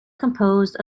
composed